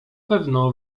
pewno